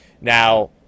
now